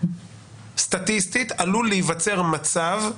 סטטיסטית עלול להיווצר מצב,